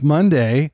Monday